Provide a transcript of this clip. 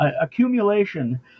accumulation